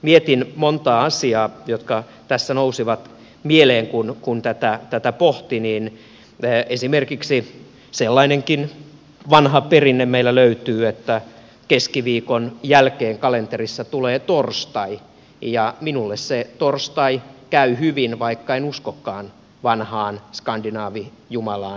mietin monta asiaa jotka tässä nousivat mieleen kun tätä pohti ja esimerkiksi sellainenkin vanha perinne meiltä löytyy että keskiviikon jälkeen kalenterissa tulee torstai ja minulle se torstai käy hyvin vaikka en uskokaan vanhaan skandinaavijumalaan thoriin